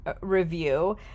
review